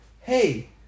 hey